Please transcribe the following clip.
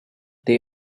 they